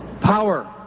Power